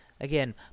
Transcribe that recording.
again